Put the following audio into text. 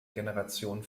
generation